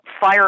fire